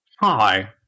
Hi